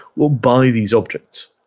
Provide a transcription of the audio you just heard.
will buy these objects.